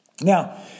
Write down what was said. Now